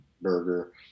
burger